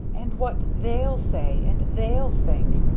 and what they'll say and they'll think!